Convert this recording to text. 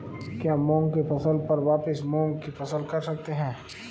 क्या मूंग की फसल पर वापिस मूंग की फसल कर सकते हैं?